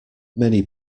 many